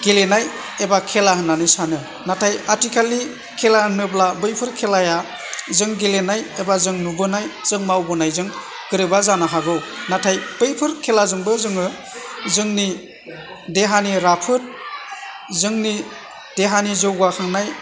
गेलेनाय एबा खेला होन्नानै सानो नाथाय आथिखालनि खेला होनोब्ला बैफोर खेलाया जों गेलेनाय एबा जों नुबोनाय जों मावबोनायजों गोरोबा जानो हागौ नाथाय बैफोर खेलाजोंबो जोङो जोंनि देहानि राफोद जोंनि देहानि जौगाखांनाय